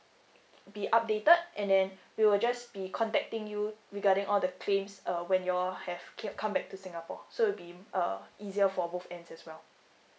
be updated and then we will just be contacting you regarding all the claims uh when you all have ca~ come back to singapore so it'll be uh easier for both ends as well